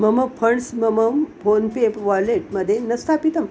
मम फण्ड्स् मम PhonePe wallet मध्ये न स्थापितम्